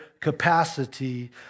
capacity